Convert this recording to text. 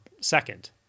second